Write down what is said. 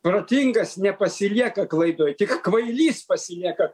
protingas nepasilieka klaidoj tik kvailys pasilieka